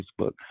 Facebook